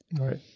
right